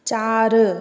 चार